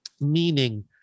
Meaning